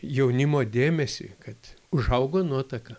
jaunimo dėmesį kad užaugo nuotaka